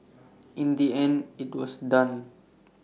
in the end IT was done